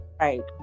Right